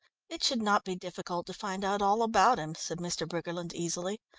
it should not be difficult to find out all about him, said mr. briggerland easily.